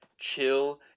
chill